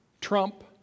Trump